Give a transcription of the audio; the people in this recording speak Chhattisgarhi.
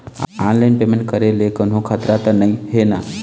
ऑनलाइन पेमेंट करे ले कोन्हो खतरा त नई हे न?